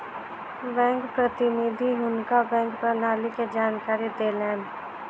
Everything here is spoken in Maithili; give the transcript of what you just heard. बैंक प्रतिनिधि हुनका बैंक प्रणाली के जानकारी देलैन